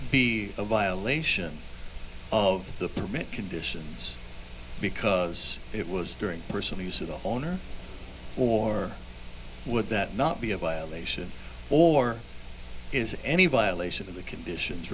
be a violation of the permit conditions because it was during personal use of the home owner or would that not be a violation or is any violation of the conditions